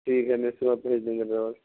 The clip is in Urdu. ٹھیک ہے میں صبح بھیج دوں گا ڈرائیور